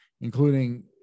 including